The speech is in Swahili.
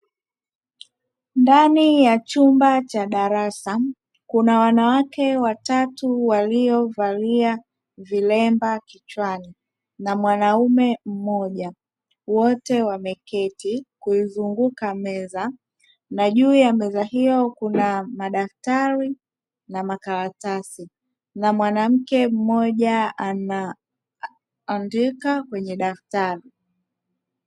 Ndani ya chumba cha darasa kuna wanawake watatu waliovalia vilemba kichwani na mwanaume mmoja, wote wameketi kuizunguka meza, na juu ya meza hiyo kuna madaftari na makaratasi; na mwanamke mmoja anaandika kwenye daftari.